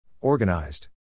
Organized